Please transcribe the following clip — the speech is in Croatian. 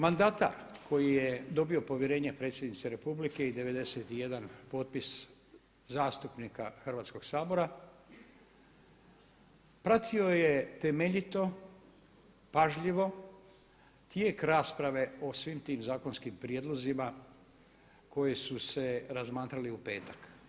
Mandatar koji je dobio povjerenje predsjednice republike i 91 potpis zastupnika Hrvatskog sabora pratio je temeljito, pažljivo tijek rasprave o svim tim zakonskim prijedlozima koji su se razmatrali u petak.